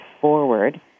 forward